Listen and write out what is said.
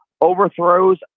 overthrows